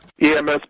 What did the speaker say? EMS